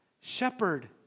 shepherd